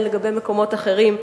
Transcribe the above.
הן לגבי מקומות אחרים.